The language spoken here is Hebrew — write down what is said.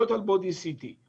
שולחים אותך ישר ל-CT.